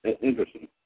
interesting